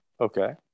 Okay